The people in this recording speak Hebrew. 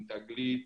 עם 'תגלית',